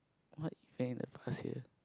what event the past year